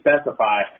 specify